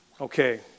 Okay